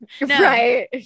right